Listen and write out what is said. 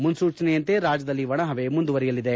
ಮುನ್ನೂಚನೆಯಂತೆ ರಾಜ್ಯದಲ್ಲಿ ಒಣಹವೆ ಮುಂದುವರೆಯಲಿದೆ